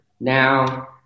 Now